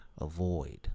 avoid